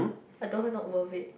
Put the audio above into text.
I told her not worth it